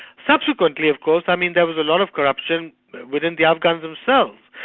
subsequently of course, i mean there was a lot of corruption within the afghans themselves,